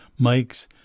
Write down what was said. mics